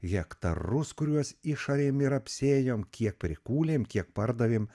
hektarus kuriuos išarėm ir apsėjom kiek prikūlėm kiek pardavėm